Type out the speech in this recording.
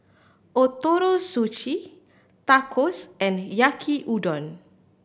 Ootoro Sushi Tacos and Yaki Udon